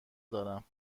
دارم